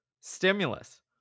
stimulus